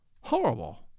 Horrible